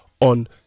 on